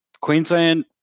Queensland